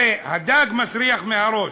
הרי הדג מסריח מהראש,